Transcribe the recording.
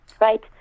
right